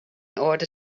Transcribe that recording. order